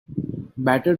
better